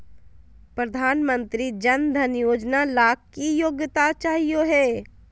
प्रधानमंत्री जन धन योजना ला की योग्यता चाहियो हे?